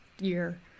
year